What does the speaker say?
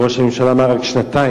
ראש הממשלה אמר רק שנתיים.